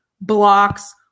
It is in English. blocks